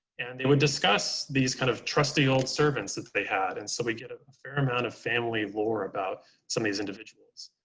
and they would discuss these kind of trusty old servants that they had and so we get a ah fair amount of family lore about some of these individuals.